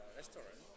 restaurant